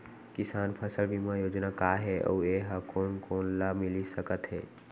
किसान फसल बीमा योजना का हे अऊ ए हा कोन कोन ला मिलिस सकत हे?